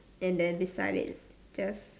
and then beside it just